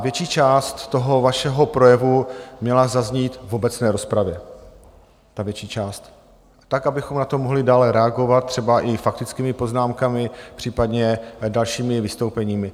Větší část vašeho projevu měla zaznít v obecné rozpravě, ta větší část, tak, abychom na to mohli dále reagovat, třeba i faktickými poznámkami, případně dalšími vystoupeními.